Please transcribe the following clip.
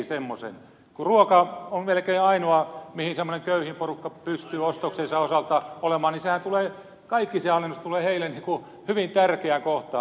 kun ruoka on melkein ainoa mihin semmoinen köyhin porukka pystyy ostoksiensa osalta niin kaikki se alennus tulee heille hyvin tärkeään kohtaan